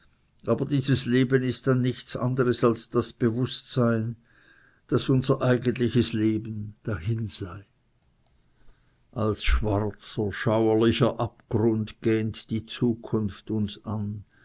aber dieses leben ist dann nichts anderes als das bewußtsein daß unser eigentliches leben dahin sei als schwarzer schauerlicher abgrund gähnt die zukunft uns an